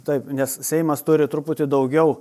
taip nes seimas turi truputį daugiau